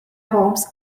homes